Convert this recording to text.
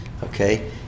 Okay